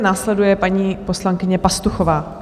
Následuje paní poslankyně Pastuchová.